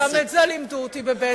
גם את זה לימדו אותי בבית אבא.